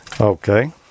Okay